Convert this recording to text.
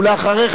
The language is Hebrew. ולאחריך,